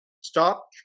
Stop